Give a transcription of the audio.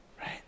right